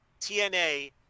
TNA